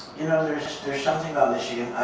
you know there's there's something about michigan.